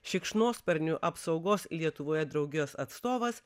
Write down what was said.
šikšnosparnių apsaugos lietuvoje draugijos atstovas